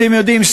אתם יודעים,